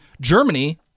Germany